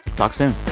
talk soon